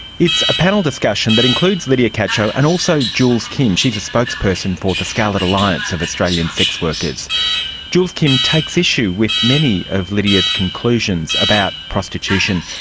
it's a panel discussion that includes lydia cacho, and also jules kim, she is a spokesperson for the scarlet alliance of australian sex workers. jules kim takes issue with many of lydia's conclusions about prostitution.